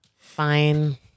Fine